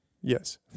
Yes